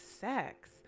sex